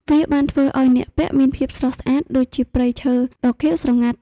វាបានធ្វើឱ្យអ្នកពាក់មានភាពស្រស់ស្អាតដូចជាព្រៃឈើដ៏ខៀវស្រងាត់។